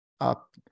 up